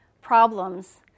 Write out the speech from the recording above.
problems